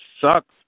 sucks